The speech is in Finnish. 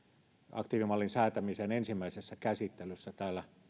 aktiivimallin säätämisen ensimmäisessä käsittelyssä täällä